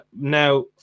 Now